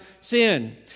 sin